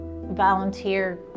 volunteer